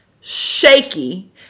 shaky